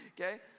okay